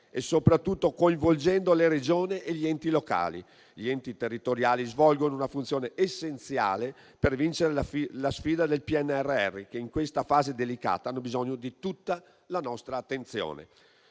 e soprattutto coinvolgendo le Regioni e gli enti locali. Gli enti territoriali svolgono una funzione essenziale per vincere la sfida del PNRR e, in questa fase delicata, hanno bisogno di tutta la nostra attenzione.